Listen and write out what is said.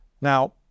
Now